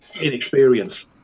inexperience